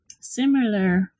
similar